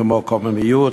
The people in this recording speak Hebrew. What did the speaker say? כמו קוממיות,